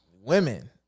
women